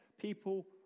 people